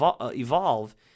evolve